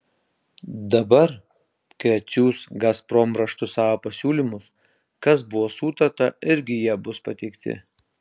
dabar kai atsiųs gazprom raštu savo pasiūlymus kas buvo sutarta irgi jie bus pateikti